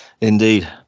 Indeed